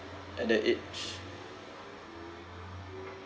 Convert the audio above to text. at that age